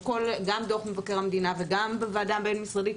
גם דוח מבקר המדינה וגם בוועדה הבין-משרדית,